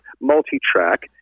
multi-track